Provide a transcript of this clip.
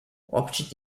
options